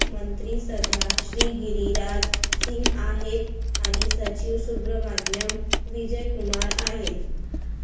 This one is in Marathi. मंत्री सध्या श्री गिरिराज सिंग आहेत आणि सचिव सुब्रहमान्याम विजय कुमार आहेत